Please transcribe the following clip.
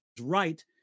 right